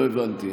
לא הבנתי.